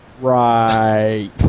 Right